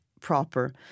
proper